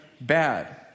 bad